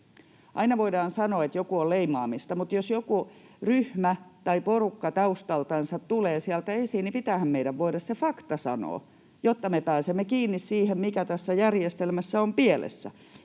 aina voidaan sanoa, että joku on leimaamista, mutta jos joku ryhmä tai porukka taustaltansa tulee sieltä esiin, niin pitäähän meidän voida se fakta sanoa, jotta me pääsemme kiinni siihen, mikä tässä järjestelmässä on pielessä.